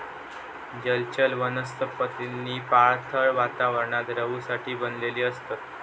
जलचर वनस्पतींनी पाणथळ वातावरणात रहूसाठी बनलेली असतत